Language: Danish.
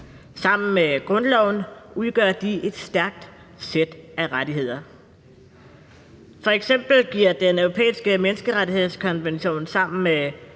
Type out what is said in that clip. Sammen med grundloven udgør de et stærkt sæt af rettigheder. F.eks. giver Den Europæiske Menneskerettighedskonvention sammen med